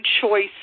choice